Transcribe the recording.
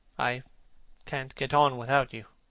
i can't get on without you.